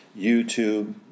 YouTube